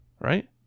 Right